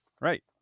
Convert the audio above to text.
Right